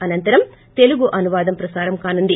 అనంతరం తెలుగు అనువాదం ప్రసారం కానుంది